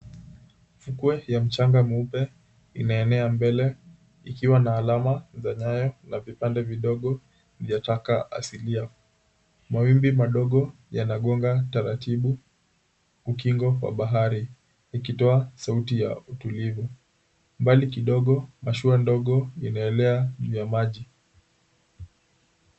Fukwe ya mchanga mweupe inaenea mbele ikiwa na alama za nyayo na vipande vidogo vya taka asilia. Mawimbi madogo yanagonga taratibu ukingo wa bahari ikitoa sauti ya utulivu. Mbali kidogo mashua ndogo inaelea juu ya maji.